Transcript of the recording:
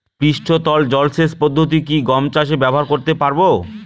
পৃষ্ঠতল জলসেচ পদ্ধতি কি গম চাষে ব্যবহার করতে পারব?